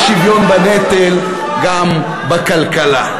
יש שוויון בנטל גם בכלכלה.